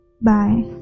Bye